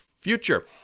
future